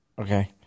Okay